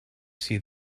see